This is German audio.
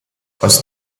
aus